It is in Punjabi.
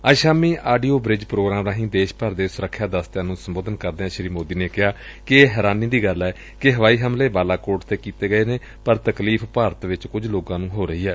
ਅੱਜ ਸ਼ਾਮੀ ਆਡੀਓ ਬਰਿਜ ਪ੍ਰੋਗਰਾਮ ਰਾਹੀਂ ਦੇਸ਼ ਭਰ ਦੇ ਸੁਰੱਖਿਆ ਦਸਤਿਆਂ ਨੂੰ ਸੰਬੋਧਨ ਕਰਦਿਆਂ ਸ੍ਰੀ ਮੋਦੀ ਨੇ ਕਿਹਾ ਕਿ ਇਹ ਹੈਰਾਨੀ ਦੀ ਗੱਲ ਏ ਕਿ ਹਵਾਈ ਹਮਲੇ ਬਾਲਾਕੋਟ ਚ ਕੀਤੇ ਗਏ ਨੇ ਪਰ ਤਕਲੀਫ਼ ਭਾਰਤ ਵਿਚ ਕੁਝ ਲੋਕਾਂ ਨੂੰ ਹੋ ਰਹੀ ਏ